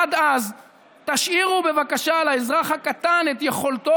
עד אז תשאירו בבקשה לאזרח הקטן את יכולתו